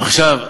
עכשיו,